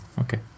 Okay